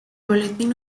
boletín